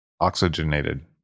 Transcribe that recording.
oxygenated